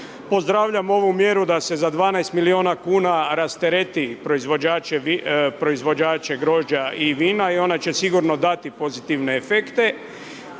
Pozdravljam ovu mjeru da se za 12 milijuna kn rastereti proizvođače grožđa i vina i ona će sigurno dati pozitivne efekte.